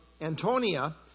Antonia